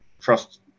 trust